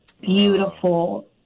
beautiful